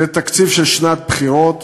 זה תקציב של שנת בחירות.